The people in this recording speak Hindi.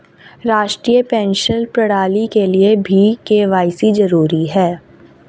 राष्ट्रीय पेंशन प्रणाली के लिए भी के.वाई.सी जरूरी है